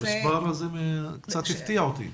המספר הזה קצת הפתיע אותי.